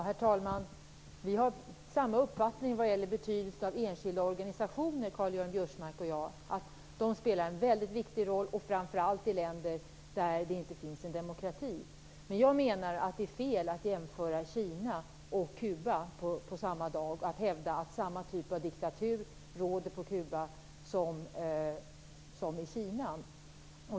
Herr talman! Karl-Göran Biörsmark och jag har samma uppfattning vad det gäller betydelsen av enskilda organisationer. De spelar en väldigt viktig roll, framför allt i länder där det inte finns demokrati. Men jag menar att det är fel att jämföra Kina och Kuba på samma dag och att hävda att samma typ av diktatur råder på Kuba som i Kina.